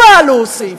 אבל, הוא הוסיף: